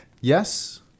Yes